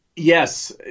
Yes